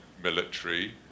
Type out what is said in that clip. military